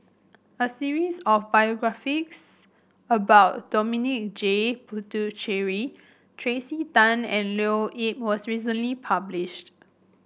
a series of biographies about Dominic J Puthucheary Tracey Tan and Leo Yip was recently published